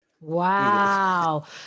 Wow